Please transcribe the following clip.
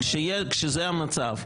כשזה המצב,